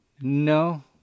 No